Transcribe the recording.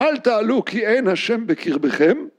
אל תעלו כי אין השם בקרבכם